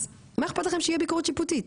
אז מה אכפת לכם שיהיה ביקורת שיפוטית?